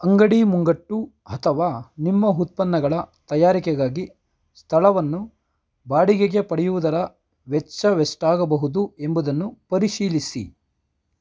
ಅಂಗಡಿ ಮುಂಗಟ್ಟು ಅಥವಾ ನಿಮ್ಮ ಉತ್ಪನ್ನಗಳ ತಯಾರಿಕೆಗಾಗಿ ಸ್ಥಳವನ್ನು ಬಾಡಿಗೆಗೆ ಪಡೆಯುವುದರ ವೆಚ್ಚವೆಷ್ಟಾಗಬಹುದು ಎಂಬುದನ್ನು ಪರಿಶೀಲಿಸಿ